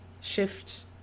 shift